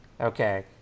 Okay